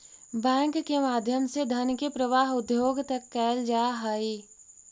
bank के माध्यम से धन के प्रवाह उद्योग तक कैल जा हइ